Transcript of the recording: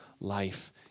life